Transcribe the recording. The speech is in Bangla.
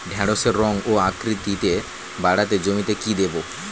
ঢেঁড়সের রং ও আকৃতিতে বাড়াতে জমিতে কি দেবো?